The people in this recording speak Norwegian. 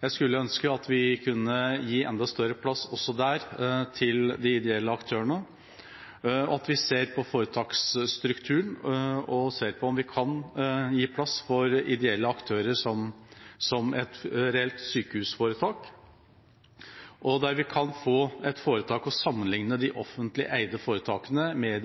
Jeg skulle ønske at vi også der kunne gi enda større plass til de ideelle aktørene, og at vi kan se på foretaksstrukturen og på om vi kan gi plass til ideelle aktører som et reelt sykehusforetak – der vi kan få et foretak å sammenligne de offentlig eide foretakene med.